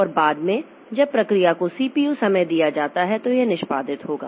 और बाद में जब प्रक्रिया को सीपीयू समय दिया जाता है तो यह निष्पादित होगा